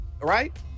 right